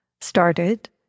started